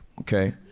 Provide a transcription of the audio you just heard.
Okay